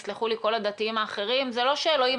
יסלחו לי כל הדתיים האחרים זה לא שאלוהים